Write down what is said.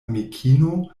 amikino